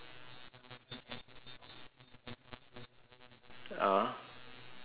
(uh huh)